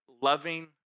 loving